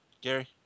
Gary